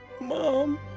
Mom